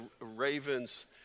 Ravens